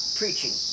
preaching